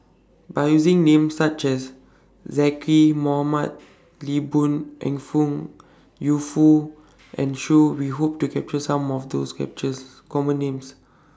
By using Names such as Zaqy Mohamad Lee Boon Ngan Yu Foo and Shoon We Hope to capture Some of those captures Common Names